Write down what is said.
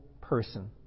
person